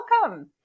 Welcome